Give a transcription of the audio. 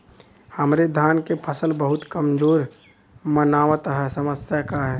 हमरे धान क फसल बहुत कमजोर मनावत ह समस्या का ह?